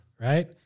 right